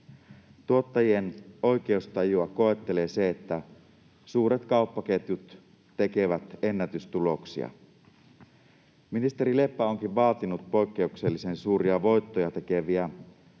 Tuottajien oikeustajua koettelee se, että suuret kauppaketjut tekevät ennätystuloksia. Ministeri Leppä onkin vaatinut poikkeuksellisen suuria voittoja tekeviä